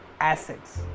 assets